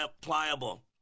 pliable